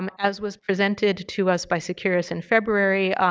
um as was presented to us by securus in february,